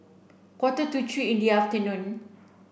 quarter to three in the afternoon